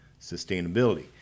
sustainability